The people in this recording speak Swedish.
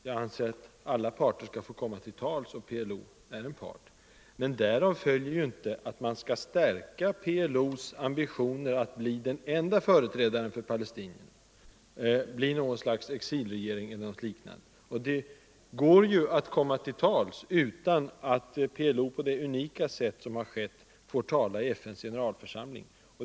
Jag anser att alla parter skall få komma till tals, och PLO är en part. Men därav följer inte att man skall stärka PLO:s ambitioner att bli den enda företrädaren för palestinierna, att bli ett slags exilregering eller någonting liknande. PLO kan komma till tals utan att på det unika sätt som skett få tala i FN:s generalförsamling.